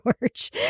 george